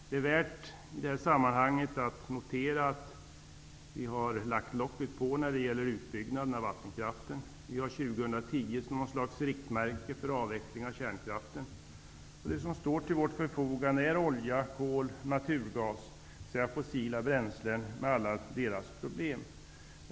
Det är i det sammanhanget värt att notera att vi har lagt locket på när det gäller utbyggnad av vattenkraften. Vi har år 2010 som ett slags riktmärke för avveckling av kärnkraften. Det som står till vårt förfogande är olja, kol och naturgas, dvs. fossila bränslen med alla deras problem.